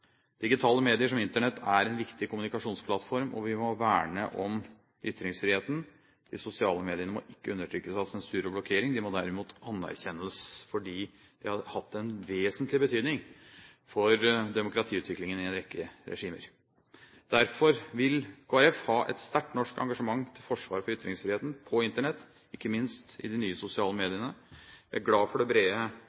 Digitale medier som Internett er en viktig kommunikasjonsplattform. Vi må verne om ytringsfriheten. De sosiale mediene må ikke undertrykkes av sensur og blokkering. De må derimot anerkjennes – fordi de har hatt en vesentlig betydning for demokratiutviklingen i en rekke regimer. Derfor vil Kristelig Folkeparti ha et sterkt norsk engasjement til forsvar for ytringsfriheten på Internett – ikke minst i de nye sosiale